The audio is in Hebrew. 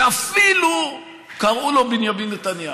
ואפילו קראו לו בנימין נתניהו.